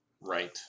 Right